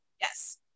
Yes